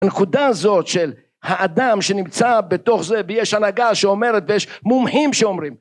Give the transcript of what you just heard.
הנקודה הזאת של האדם שנמצא בתוך זה ויש הנהגה שאומרת ויש מומחים שאומרים